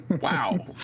Wow